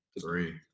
Three